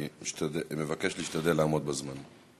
אני מבקש להשתדל לעמוד בזמנים.